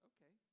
Okay